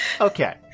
Okay